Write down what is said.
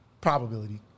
probability